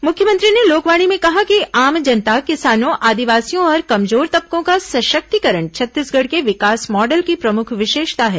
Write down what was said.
मुख्यमंत्री ने लोकवाणी में कहा कि आम जनता किसानों आदिवासियों और कमजोर तबकों का सशक्तिकरण छत्तीसगढ़ के विकास मॉडल की प्रमुख विशेषता है